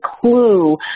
clue